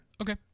Okay